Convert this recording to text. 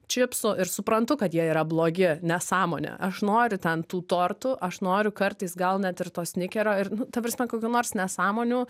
čipsų ir suprantu kad jie yra blogi nesąmonė aš noriu ten tų tortų aš noriu kartais gal net ir to snikerio ir nu ta prasme kokių nors nesąmonių